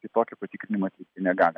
kitokį patikrinimą atlikti negalim